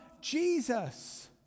Jesus